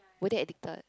were they addicted